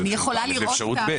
יש אפשרות א',